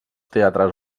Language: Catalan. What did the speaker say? teatres